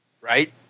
Right